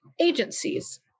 agencies